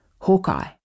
Hawkeye